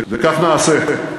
וכך נעשה.